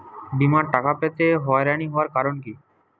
বিমার টাকা পেতে হয়রানি হওয়ার কারণ কি?